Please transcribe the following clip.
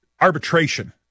arbitration